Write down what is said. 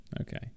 okay